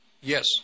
Yes